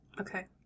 Okay